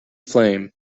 flame